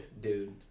dude